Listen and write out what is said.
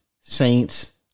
Saints